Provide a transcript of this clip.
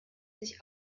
sich